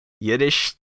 Yiddish